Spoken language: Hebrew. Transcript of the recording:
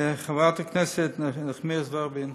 חברת הכנסת נחמיאס ורבין,